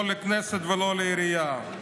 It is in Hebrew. לא לכנסת ולא לעירייה.